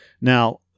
Now